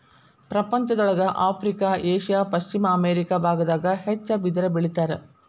ಪ್ರಪಂಚದೊಳಗ Africa Asia ಪಶ್ಚಿಮ America ಬಾಗದಾಗ ಹೆಚ್ಚ ಬಿದಿರ ಬೆಳಿತಾರ